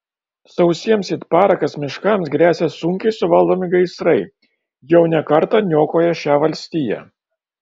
sausiems it parakas miškams gresia sunkiai suvaldomi gaisrai jau ne kartą niokoję šią valstiją